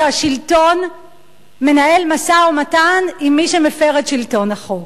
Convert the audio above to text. שהשלטון מנהל משא-ומתן עם מי שמפר את שלטון החוק?